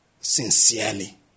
sincerely